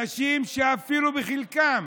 אנשים שחלקם